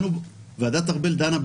שבה בעצם דנה ועדת ארבל.